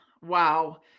Wow